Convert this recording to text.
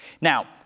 Now